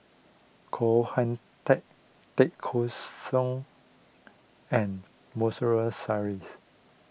Koh Hoon Teck Tay Kheng Soon and